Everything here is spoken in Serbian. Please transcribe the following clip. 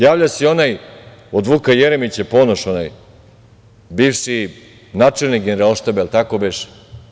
Javlja se i onaj od Vuka Jeremića, Ponoš onaj, bivši načelnik Generalštaba, jel tako beše?